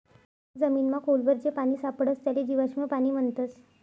जमीनमा खोल वर जे पानी सापडस त्याले जीवाश्म पाणी म्हणतस